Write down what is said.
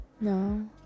No